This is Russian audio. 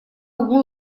углу